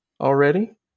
already